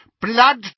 Blood